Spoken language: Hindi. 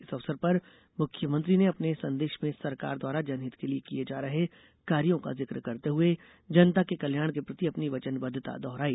इस अवसर पर मुख्यमंत्री ने अपने संदेश में सरकार द्वारा जनहित के लिए किये जा रहे कार्यों का जिक्र करते हुए जनता के कल्याण के प्रति अपनी वचनबद्वता दोहराई